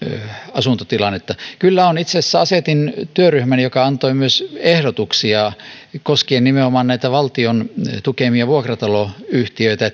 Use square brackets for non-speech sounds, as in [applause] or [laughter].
asuntotilannetta kyllä on itse asiassa asetin työryhmän joka antoi myös ehdotuksia koskien nimenomaan näitä valtion tukemia vuokrataloyhtiöitä [unintelligible]